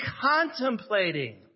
contemplating